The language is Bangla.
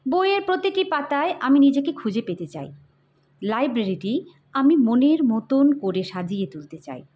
বইয়ের প্রতিটি পাতায় আমি নিজেকে খুঁজে পেতে চাই লাইব্রেরিটি আমি মনের মতন করে সাজিয়ে তুলতে চাই